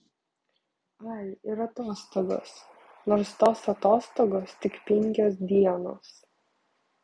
ai ir atostogos nors tos atostogos tik penkios dienos